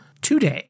today